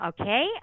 Okay